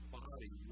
body